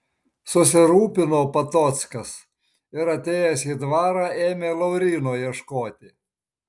susirūpino patockas ir atėjęs į dvarą ėmė lauryno ieškoti